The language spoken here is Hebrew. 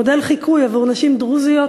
היא מודל חיקוי עבור נשים דרוזיות,